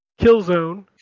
Killzone